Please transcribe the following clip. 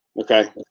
Okay